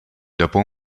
dopo